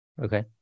Okay